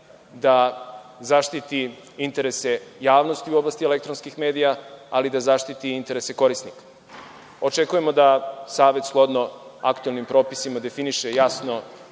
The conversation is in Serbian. da zaštiti interese javnosti u oblasti elektronskih medija, ali i da zaštiti interese korisnika. Očekujemo da Savet, shodno aktuelnim propisima, definiše jasna